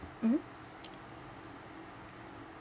mm